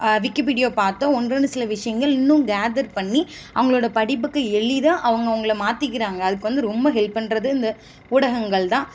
விக்கிபீடியாவை பார்த்தோ ஒன்று ரெண்டு சில விஷயங்கள் இன்னும் கேதர் பண்ணி அவங்களோட படிப்புக்கு எளிதாக அவங்க அவங்கள மாத்திக்கிறாங்கள் அதுக்கு வந்து ரொம்ப ஹெல்ப் பண்ணுறது இந்த ஊடகங்கள்தான்